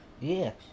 Yes